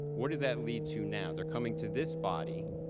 what does that lead to now? they are coming to this body